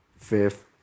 Fifth